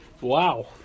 Wow